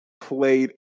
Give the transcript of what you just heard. played